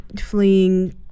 fleeing